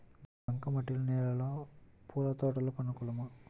బంక మట్టి నేలలో పూల తోటలకు అనుకూలమా?